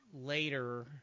later